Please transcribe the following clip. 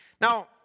Now